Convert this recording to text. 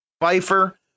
Pfeiffer